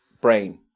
brain